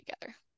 together